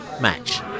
match